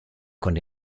con